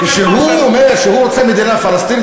כשהוא אומר שהוא רוצה מדינה פלסטינית